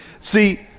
See